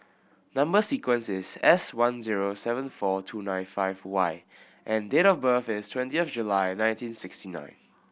number sequence is S one zero seven four two nine five Y and date of birth is twentieth July nineteen sixty nine